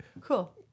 Cool